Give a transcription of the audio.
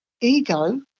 ego